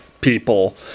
people